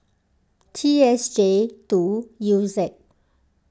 T S J two U Z